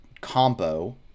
combo